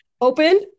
Open